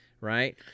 right